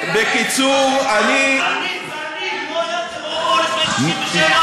בקיצור, תעני, תעני, לא היה טרור לפני 1967?